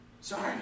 Sorry